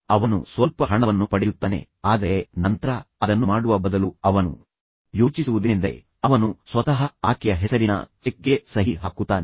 ಅವನು ಸ್ವಲ್ಪ ಹಣವನ್ನು ಪಡೆಯುತ್ತಾನೆ ಆದರೆ ನಂತರ ಅದನ್ನು ಮಾಡುವ ಬದಲು ಅವನು ಯೋಚಿಸುವುದೇನೆಂದರೆ ಅವನು ಸ್ವತಃ ಆಕೆಯ ಹೆಸರಿನ ಚೆಕ್ಗೆ ಸಹಿ ಹಾಕುತ್ತಾನೆ